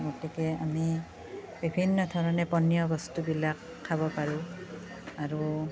গতিকে আমি বিভিন্ন ধৰণে পনীয় বস্তুবিলাক খাব পাৰো আৰু